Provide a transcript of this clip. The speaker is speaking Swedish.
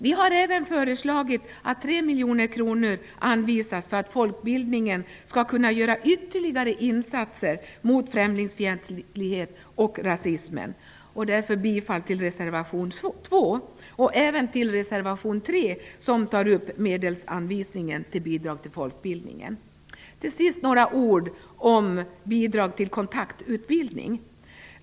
Vi har även föreslagit att 3 miljoner kronor skall anvisas för att folkbildningen skall kunna göra ytterligare insatser mot främlingsfientlighet och rasism. Jag yrkar därför bifall till reservation 2. Jag yrkar även bifall till reservation 3, där medelsanvisningen till Bidrag till folkbildningen tas upp. Till sist några ord om Bidrag till kontakttolkutbildning.